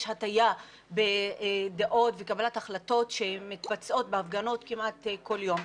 הטיה בדעות בקבלת החלטות שמתבצעות בהפגנות כמעט כל יום.